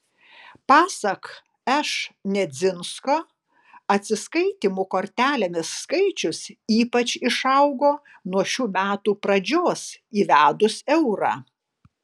pasak š nedzinsko atsiskaitymų kortelėmis skaičius ypač išaugo nuo šių metų pradžios įvedus eurą